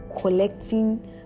collecting